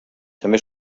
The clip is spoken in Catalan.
també